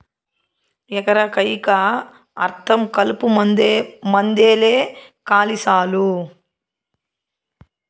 ఎకరా కయ్యికా అర్థం కలుపుమందేలే కాలి సాలు